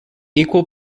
equal